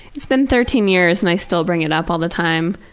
it's been thirteen years and i still bring it up all the time.